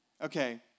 Okay